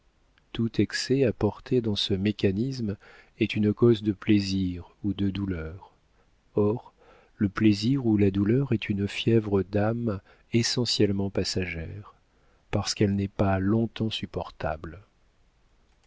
tout excès apporté dans ce mécanisme est une cause de plaisir ou de douleur or le plaisir ou la douleur est une fièvre d'âme essentiellement passagère parce qu'elle n'est pas longtemps supportable